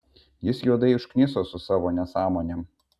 jis juodai užkniso su savo nesąmonėm